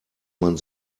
man